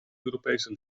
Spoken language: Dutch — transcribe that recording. europese